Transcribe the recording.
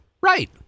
Right